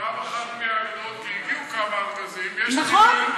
גם אחת מהאגדות, הגיעו כמה ארגזים, נכון.